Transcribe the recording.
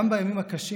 גם בימים הקשים,